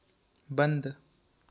बंद